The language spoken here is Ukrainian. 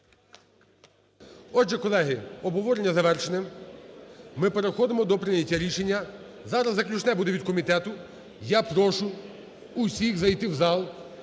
Отже, колеги, обговорення завершене, ми переходимо до прийняття рішення. Зараз заключне буде від комітету. Я прошу усіх зайти в зал.